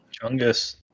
Chungus